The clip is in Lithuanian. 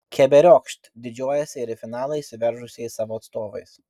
keberiokšt didžiuojasi ir į finalą išsiveržusiais savo atstovais